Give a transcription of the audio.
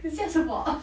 你笑什么